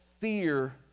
fear